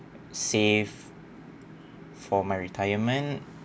save for my retirement